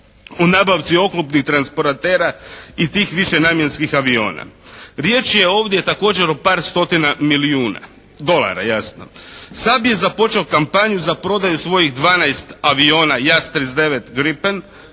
o nabavci oklopnim transporatera i tih višenamjenskih aviona. Riječ je ovdje također o par stotina milijuna dolara jasno. SAB je započeo kampanju za prodaju svojih 12 aviona …/Govornik